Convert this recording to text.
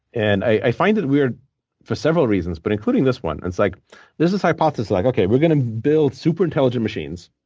and i find it weird for several reasons, but including this one. it's like there's this hypothesis like that we're going to build super intelligent machines.